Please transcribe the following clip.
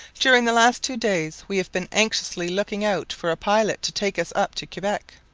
during the last two days we have been anxiously looking out for a pilot to take us up to quebec.